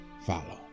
follow